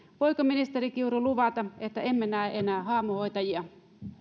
voiko ministeri kiuru luvata että emme näe enää haamuhoitajia